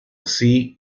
así